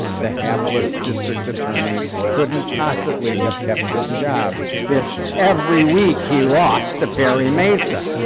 the hapless district attorney couldn't possibly have kept his job if every week he lost to perry mason.